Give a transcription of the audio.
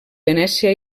venècia